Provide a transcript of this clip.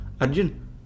Arjun